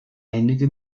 einige